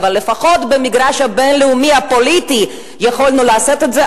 אבל לפחות במגרש הבין-לאומי הפוליטי יכולנו לעשות את זה,